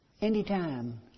Anytime